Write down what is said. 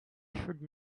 should